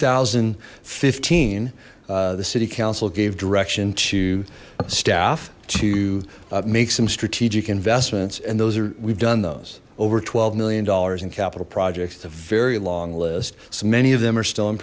thousand and fifteen the city council gave direction to staff to make some strategic investments and those are we've done those over twelve million dollars in capital projects it's a very long list so many of them are still in